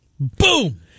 Boom